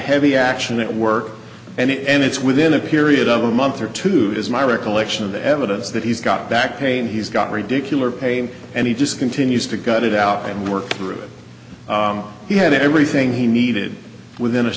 heavy action at work and it's within a period of a month or two as my recollection of the evidence that he's got back pain he's got ridiculous and he just continues to gut it out and work through it he had everything he needed within